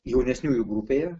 jaunesniųjų grupėje